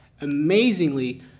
amazingly